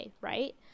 right